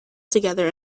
together